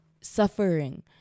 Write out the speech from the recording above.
suffering